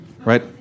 right